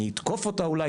אני אתקוף אותך אולי,